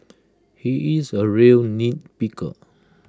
he is A real nitpicker